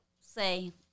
say